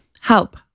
help